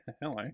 Hello